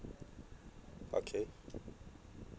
okay